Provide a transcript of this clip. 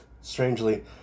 strangely